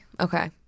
Okay